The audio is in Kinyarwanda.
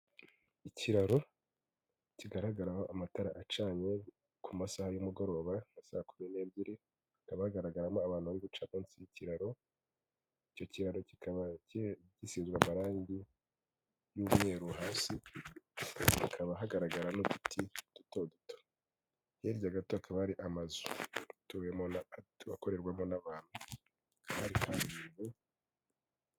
Ikiraro kigaragaraho amatara acanye ku masaha y'umugoroba nka saa kumi n'ebyiri. Hakaba hagaragaramo abantu bariguca munsi y'ikiraro. Icyo kiraro kikaba gisizwe amarangi y'umweruru hasi. Hakaba hagaragara n'uduti duto duto. Hirya gato hakaba hari amazu atuwemo, akorerwamo n'abantu.